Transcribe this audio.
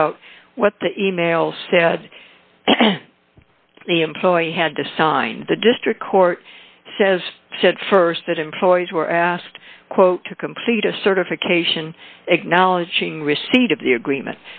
about what the email said the employee had to sign the district court says said st that employees were asked quote to complete a certification acknowledging receipt of the agreement